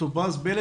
טופז פלד,